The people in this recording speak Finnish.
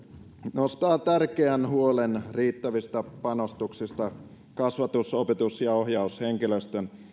nostaa tärkeän huolen riittävistä panostuksista kasvatus opetus ja ohjaushenkilöstön